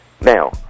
Now